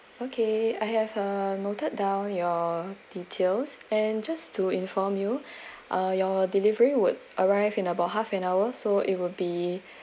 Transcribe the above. okay I have uh noted down your details and just to inform you uh your delivery would arrive in about half an hour so it will be